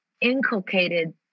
inculcated